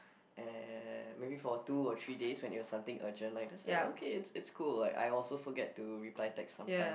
eh maybe for two or three days when you have something urgent like that's like okay it's it's cool like I also forget to reply text sometimes